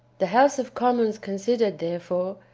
the house of commons considered, therefore,